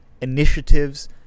initiatives